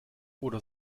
oder